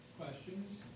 questions